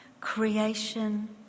creation